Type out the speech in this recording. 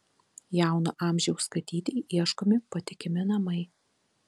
jauno amžiaus katytei ieškomi patikimi namai